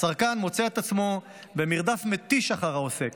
הצרכן מוצא את עצמו במרדף מתיש אחר העוסק